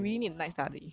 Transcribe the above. you think about it we miss